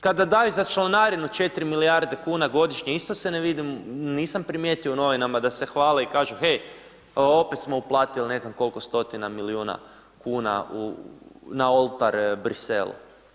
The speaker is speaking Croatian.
Kada daju za članarinu 4 milijarde kuna godišnje, isto se ne vide, nisam primijetio u novinama da se hvale i kažu, hej, opet smo uplatili ne znam koliko stotina milijuna kuna na oltar Bruxellesa.